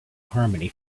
harmony